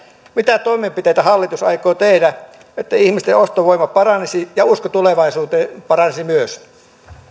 mitä toimenpiteitä hallitus aikoo tehdä että ihmisten ostovoima paranisi ja usko tulevaisuuteen paranisi myös